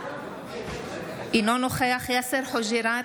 אינו נוכח יאסר חוג'יראת,